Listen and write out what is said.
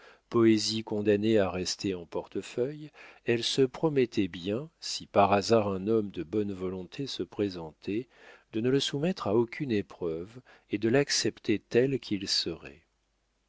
poésies condamnées à rester en portefeuille elle se promettait bien si par hasard un homme de bonne volonté se présentait de ne le soumettre à aucune épreuve et de l'accepter tel qu'il serait